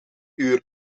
uur